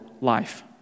life